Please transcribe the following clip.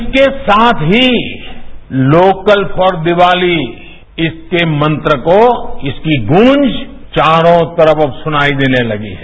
इसके साथ ही लोकल फॉर दीवाली इसके मंत्र को इसकी गूंज चारों तरफ अब सुनाई देने लगी है